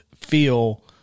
feel